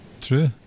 True